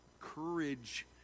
courage